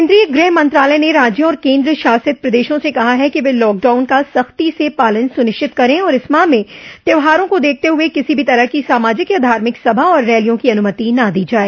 केन्द्रीय गृह मंत्रालय ने राज्यों और केन्द्र शासित प्रदेशों से कहा है कि वे लॉकडाउन का सख्ती से पालन सुनिश्चित करें और इस माह में त्योहारों को देखते हुए किसी भी तरह की सामाजिक या धार्मिक सभा और रैलियों की अनुमति न दो जाए